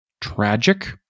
tragic